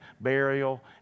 burial